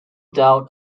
doubt